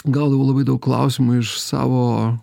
gal jau labai daug klausimų iš savo